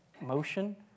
motion